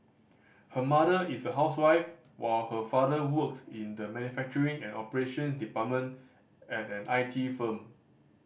her mother is a housewife while her father works in the manufacturing and operations department at an I T firm